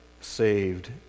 saved